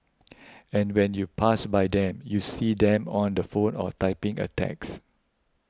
and when you pass by them you see them on the phone or typing a text